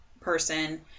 person